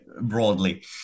broadly